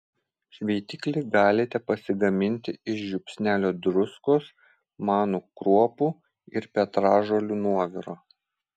šveitiklį galite pasigaminti iš žiupsnelio druskos manų kruopų ir petražolių nuoviro